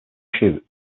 shoot